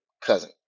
cousin